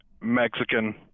Mexican